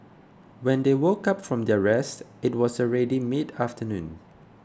when they woke up from their rest it was already mid afternoon